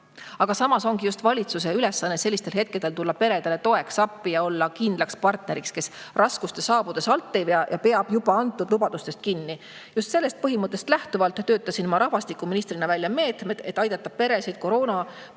Samas ongi just valitsuse ülesanne sellistel hetkedel tulla peredele toeks, appi ja olla kindlaks partneriks, kes raskuste saabudes alt ei vea ja peab juba antud lubadustest kinni. Just sellest põhimõttest lähtuvalt töötasin ma rahvastikuministrina välja meetmed, et aidata peresid koroonapandeemias